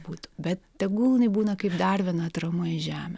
būtų bet tegul jinai būna kaip dar viena atrama į žemę